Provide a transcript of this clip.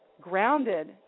grounded